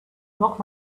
lock